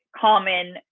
common